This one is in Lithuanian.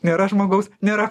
nėra žmogaus nėra